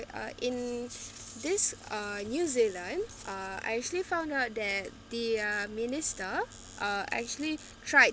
in this uh new zealand uh I actually found out that the uh minister uh actually tried